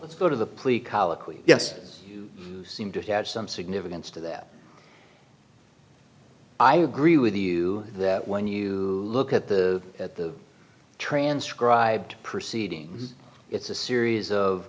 let's go to the plea colloquy yes seem to have some significance to that i agree with you that when you look at the at the transcribed proceedings it's a series of